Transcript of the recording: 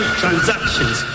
transactions